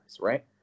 right